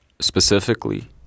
specifically